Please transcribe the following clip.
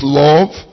love